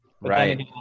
Right